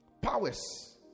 powers